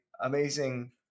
amazing